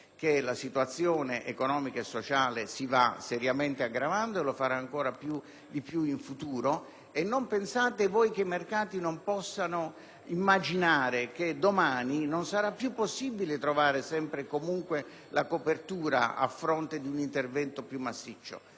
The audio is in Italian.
che la situazione economica e sociale si va seriamente aggravando e che lo farà ancora di più in futuro? Non pensate che i mercati non possano immaginare che domani non sarà più possibile trovare sempre e comunque la copertura a fronte di un intervento più massiccio,